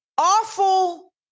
Awful